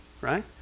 right